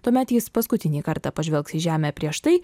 tuomet jis paskutinį kartą pažvelgs į žemę prieš tai